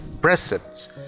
precepts